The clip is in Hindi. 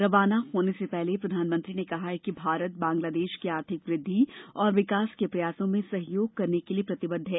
रवाना होने से पहले प्रधानमंत्री ने कहा कि भारत बांग्लादेश की आर्थिक वृद्धि और विकास के प्रयासों में सहयोग करने के लिए प्रतिबद्ध है